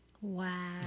Wow